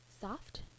soft